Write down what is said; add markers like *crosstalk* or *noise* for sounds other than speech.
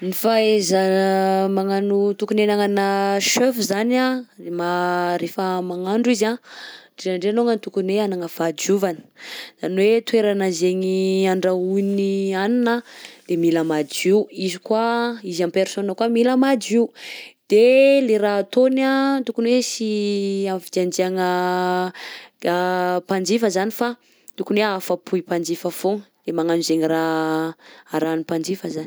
Ny fahaiza- *hesitation* magnano tokony anagnanà chef zany anh ma- rehefa magnandro izy anh, ndraindray longany tokony hoe hanagna fahadiovana, zany hoe toerana zaigny andrahoiny hanina de mila madio, izy koa anh izy en personne koa mila madio, de le raha ataony anh tokony hoe sy avy de andiagna *hesitation* mpanjifa zany fa tokony hoe ahafa-poy mpanjifa foagna, de magnano zaigny raha arahan'ny mpanjifa zany.